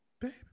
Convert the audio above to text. baby